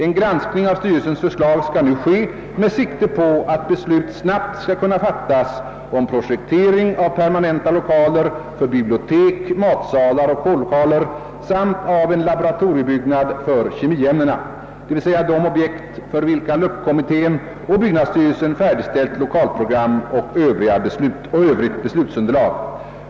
En granskning av styrelsens förslag skall nu ske med sikte på att beslut snabbt skall kunna fattas om projektering av permanenta lokaler för bibliotek, matsalar och kårlokaler samt av en laboratoriebyggnad för kemiämnena, d. v. s. de objekt för vilka LUP kommittén och byggnadsstyrelsen färdigställt lokalprogram och övrigt beslutsunderlag.